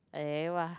!ewah!